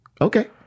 Okay